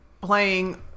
playing